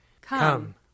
Come